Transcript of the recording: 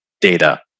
data